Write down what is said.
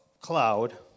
cloud